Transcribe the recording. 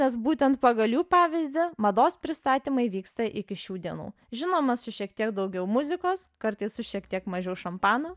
nes būtent pagal jų pavyzdį mados pristatymai vyksta iki šių dienų žinoma su šiek tiek daugiau muzikos kartais su šiek tiek mažiau šampano